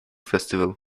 festival